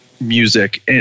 music